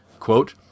quote